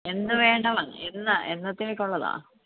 എന്ന് വേണ്ടതാണ് എന്നാണ് എന്നത്തേക്ക് ഉള്ളതാണ്